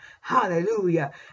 Hallelujah